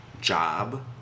job